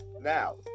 Now